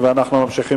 אני קובע